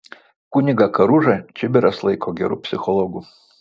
kunigą karužą čibiras laiko geru psichologu